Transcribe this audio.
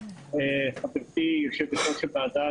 חברתי יושבת-ראש הוועדה,